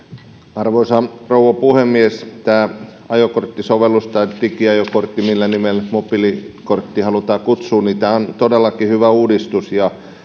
arvoisa rouva puhemies tämä ajokorttisovellus tai digiajokortti millä nimellä mobiilikorttia halutaan kutsua on todellakin hyvä uudistus ja tämä